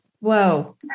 Whoa